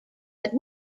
but